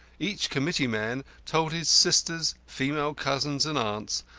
each committeeman told his sisters, female cousins, and aunts,